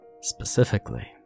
Specifically